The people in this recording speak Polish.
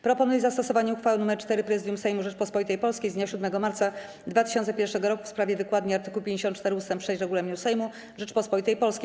Proponuję zastosowanie uchwały nr 4 Prezydium Sejmu Rzeczypospolitej Polskiej z dnia 7 marca 2001 r. w sprawie wykładni art. 54 ust. 6 Regulaminu Sejmu Rzeczypospolitej Polskiej.